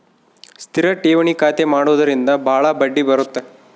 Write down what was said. ಸ್ಥಿರ ಠೇವಣಿ ಖಾತೆ ಮಾಡುವುದರಿಂದ ಬಾಳ ಬಡ್ಡಿ ಬರುತ್ತ